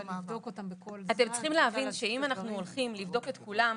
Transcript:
אתם צריכים להבין שאם אנחנו הולכים לבדוק את כולם,